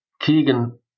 Keegan